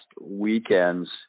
weekend's